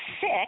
sick